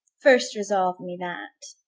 first resolve me that.